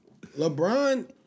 LeBron